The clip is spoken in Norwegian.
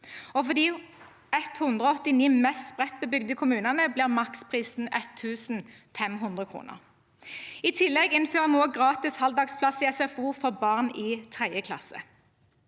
For de 189 mest spredtbebygde kommunene blir maksprisen 1 500 kr. I tillegg innfører vi gratis halvdagsplass i SFO for barn i 3. klasse.